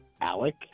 Alec